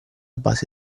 base